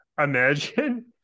imagine